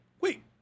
Wait